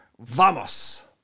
Vamos